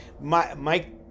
Mike